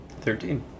Thirteen